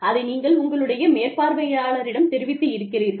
அதை நீங்கள் உங்களுடைய மேற்பார்வையாளரிடம் தெரிவித்து இருக்கிறீர்கள்